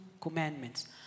commandments